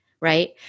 right